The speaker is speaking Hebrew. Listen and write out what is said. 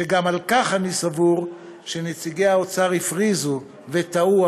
שגם בכך אני סבור שנציגי האוצר הפריזו וטעו.